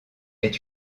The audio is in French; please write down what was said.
est